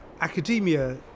academia